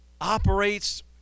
operates